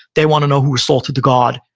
they want to know who assaulted the guard,